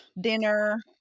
dinner